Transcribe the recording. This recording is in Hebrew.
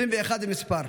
21 במספר,